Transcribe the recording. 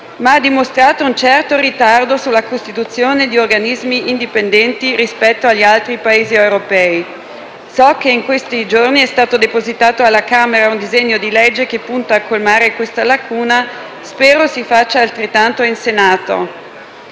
ma ha dimostrato un certo ritardo sulla costituzione di organismi indipendenti rispetto agli altri Paesi europei. So che in questi giorni è stato depositato alla Camera dei deputati un disegno di legge che punta a colmare questa lacuna e spero si faccia altrettanto in Senato.